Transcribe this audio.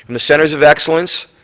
the centers of excellence,